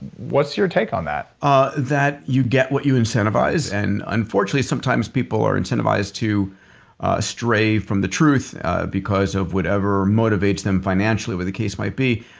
what's your take on that? ah that you get what you incentivize and unfortunately sometimes people are incentivized to stray from the truth because of whatever motivates them financially, what the case might be.